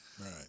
Right